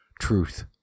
truth